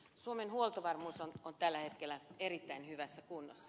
suomen huoltovarmuus on tällä hetkellä erittäin hyvässä kunnossa